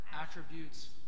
attributes